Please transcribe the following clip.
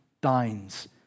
dines